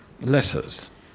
letters